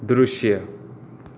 दृश्य